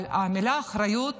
אבל המילה אחריות